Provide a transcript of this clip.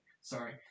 Sorry